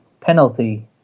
penalty